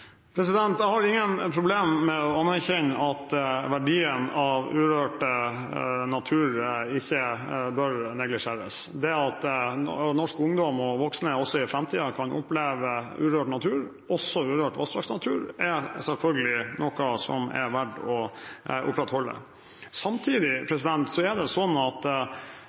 Jeg har ikke noe problem med å anerkjenne at verdien av urørt natur ikke bør neglisjeres. Det at norsk ungdom og voksne også i framtiden kan oppleve urørt natur, også urørt vassdragsnatur, er selvfølgelig noe som er verdt å opprettholde. Samtidig er det slik at